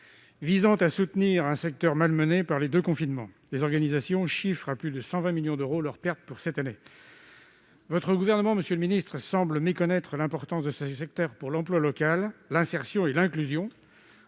visant à soutenir un secteur malmené par les deux confinements. Les organisations chiffrent à plus de 120 millions d'euros leurs pertes pour cette année. Le gouvernement auquel vous appartenez, monsieur le ministre, semble méconnaître l'importance de ce secteur pour l'emploi local, l'insertion et l'inclusion.